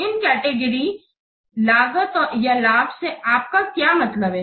इन category लागत या लाभों से आपका क्या मतलब है